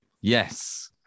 Yes